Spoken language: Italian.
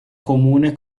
comune